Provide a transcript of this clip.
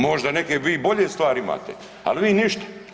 Možda neke vi bolje stvari imate, ali vi ništa.